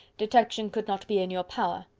detection could not be in your power,